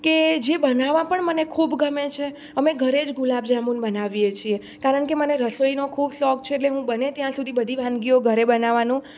કે જે બનાવવા પણ મને ખૂબ ગમે છે અમે ઘરે જ ગુલાબજાંબુ બનાવીએ છીએ કારણ કે મને રસોઈનો ખૂબ શોખ છે એટલે હું બને ત્યાં સુધી બધી વાનગીઓ ઘરે બનાવવાનું